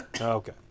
Okay